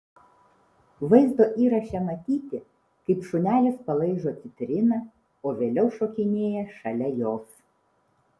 vaizdo įraše matyti kaip šunelis palaižo citriną o vėliau šokinėja šalia jos